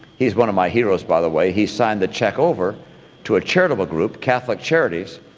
he's one of my heroes, by the way. he signed the check over to a charitable group, catholic charities,